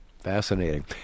Fascinating